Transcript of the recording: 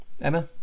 Emma